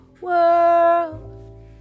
world